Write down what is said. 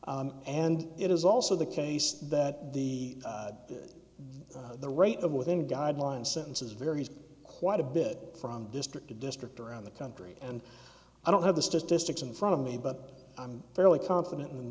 and it is also the case that the the the rate of within guidelines sentences varies quite a bit from district to district around the country and i don't have the statistics in front of me but i'm fairly confident in